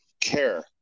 care